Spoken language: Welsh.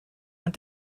ond